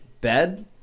bed